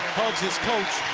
hugs his coach,